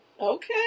Okay